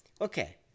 Okay